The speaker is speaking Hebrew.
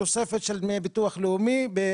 הסבר 14 ביטוח לאומי הפרשות לביטוח לאומי